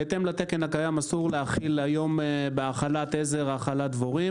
בהתאם לתקן הקיים אסור להאכיל היום בהאכלת עזר האכלת דבורים.